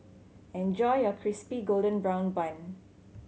enjoy your Crispy Golden Brown Bun